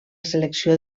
selecció